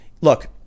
look